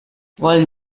wollen